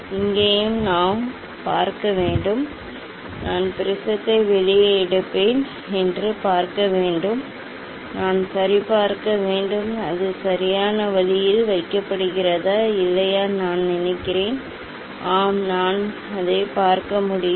இங்கேயும் நான் பார்க்க வேண்டும் நான் ப்ரிஸத்தை வெளியே எடுப்பேன் என்று பார்க்க வேண்டும் நான் சரி பார்க்க வேண்டும் அது சரியான வழியில் வைக்கப்படுகிறதா இல்லையா நான் நினைக்கிறேன் ஆம் நான் அதைப் பார்க்க முடியும்